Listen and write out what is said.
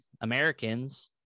americans